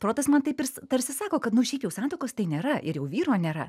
protas man taip tarsi sako kad nu šiaip jau santuokos tai nėra ir jau vyro nėra